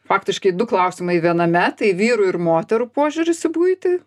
faktiškai du klausimai viename tai vyrų ir moterų požiūris į buitį